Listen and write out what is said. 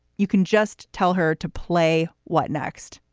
you can just tell her to play. what next?